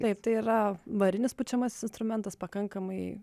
taip tai yra varinis pučiamasis instrumentas pakankamai